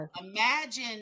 Imagine